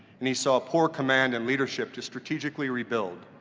and he saw poor command in leadership to strategically rebuild.